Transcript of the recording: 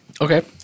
Okay